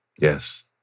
Yes